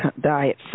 diet